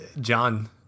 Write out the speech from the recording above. John